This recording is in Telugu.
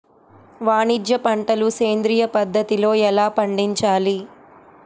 వాణిజ్య పంటలు సేంద్రియ పద్ధతిలో ఎలా పండించాలి?